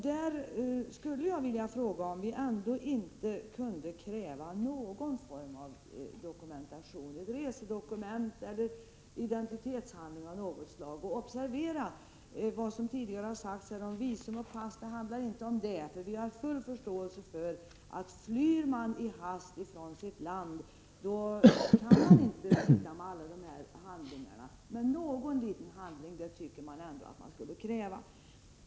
Där skulle jag vilja fråga om vi ändå inte kunde kräva någon form av dokumentation — ett resedokument eller en identitetshandling av något slag. Och observera vad som tidigare har sagts här om visum och pass! Det handlar inte om sådana handlingar. Vi har full förståelse för att flyr man i hast från sitt land, då kan man inte sitta inne med alla de här handlingarna. Men någon liten handling tycker vi ändå skulle krävas.